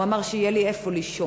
הוא אמר: כדי שיהיה לי איפה לישון,